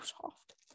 soft